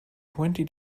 twenty